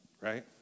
right